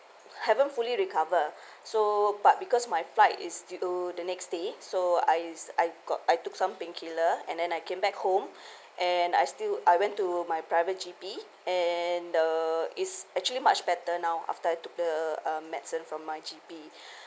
haven't fully recover so but because my flight is due the next day so I I got I took some painkillers and then I came back home and I still I went to my private G_P and uh it's actually much better now after I took the uh medicine from my G_P